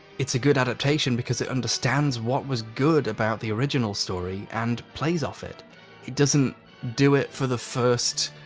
it's a good adaptation because it understands what was good about the original story and plays off it it doesn't do it for the first,